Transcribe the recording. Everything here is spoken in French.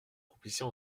proposition